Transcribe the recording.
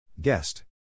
Guest